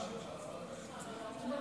כבוד היושב-ראש,